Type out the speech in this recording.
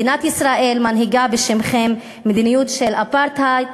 מדינת ישראל מנהיגה בשמכם מדיניות של אפרטהייד,